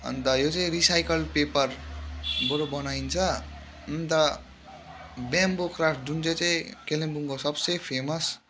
अन्त यो चाहिँ रिसाइकल पेपरबाट बनाइन्छ अन्त ब्याम्बो क्राफ्ट जुनचाहिँ चाहिँ कालिम्पोङको सबसे फेमस